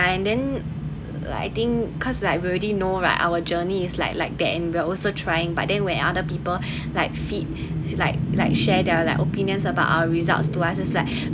and then like I think cause like we already know right our journey is like like that and we're also trying but then when other people like fit like like share their opinions about our results to us like